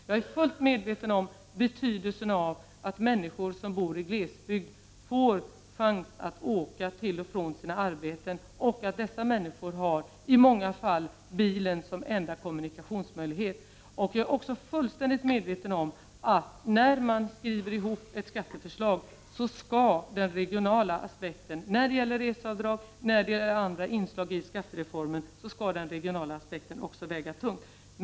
Jag är fullt medveten om betydelsen av att människor som bor i glesbygd får chans att åka till och från sina arbeten och att dessa människor i många fall har bilen som enda kommunikationsmöjlighet. Jag är också fullständigt medveten om att den regionala aspekten, beträffande reseavdrag och andra inslag i skattereformen, skall väga tungt när man skriver ihop ett skatteförslag.